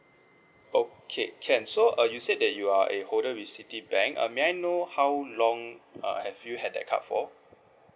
okay can so uh you said that you are a holder with citibank uh may I know how long uh have you had that card for